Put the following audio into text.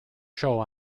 show